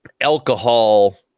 alcohol